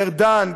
ארדן,